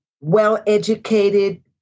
well-educated